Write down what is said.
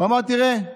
אמר: תראה,